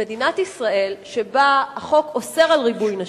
במדינת ישראל, שבה החוק אוסר ריבוי נשים,